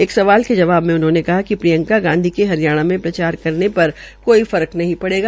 एक सवाल के जवाबमें उन्होंने कहा कि प्रियंका गांधी के हरियाणा मे प्रचार करने पर कोई फर्क नहीं पड़ेगा